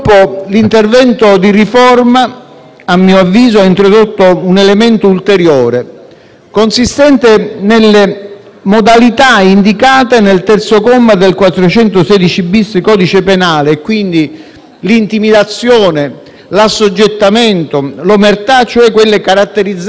a mio avviso - ha introdotto un elemento ulteriore, consistente nelle modalità indicate nel terzo comma dell'articolo 416-*bis* del codice penale (l'intimidazione, l'assoggettamento, l'omertà, cioè quelle caratterizzanti l'associazione mafiosa),